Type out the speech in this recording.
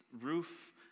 roof